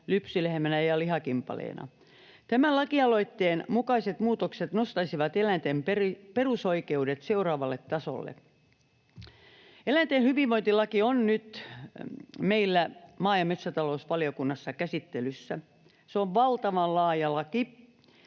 lypsylehmänä ja lihakimpaleena. Tämän lakialoitteen mukaiset muutokset nostaisivat eläinten perusoikeudet seuraavalle tasolle. Eläinten hyvinvointilaki on nyt meillä maa- ja metsätalousvaliokunnassa käsittelyssä. Se on valtavan laaja laki,